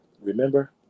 Remember